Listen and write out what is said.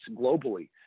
globally